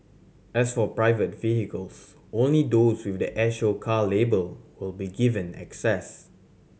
as for private vehicles only those with the air show car label will be given access